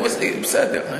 הוא בסדר.